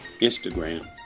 Instagram